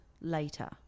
later